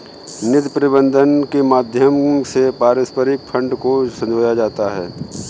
निधि प्रबन्धन के माध्यम से पारस्परिक फंड को संजोया जाता है